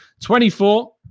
24